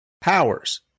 powers